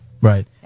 Right